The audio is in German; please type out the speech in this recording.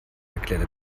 erklärte